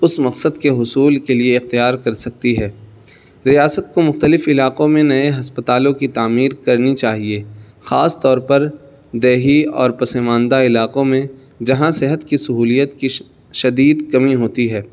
اس مقصد کے حصول کے لیے اختیار کر سکتی ہے ریاست کو مختلف علاقوں میں نئے ہسپتالوں کی تعمیر کرنی چاہیے خاص طور پر دیہی اور پسماندہ علاقوں میں جہاں صحت کی سہولیت کی شدید کمی ہوتی ہے